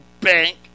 bank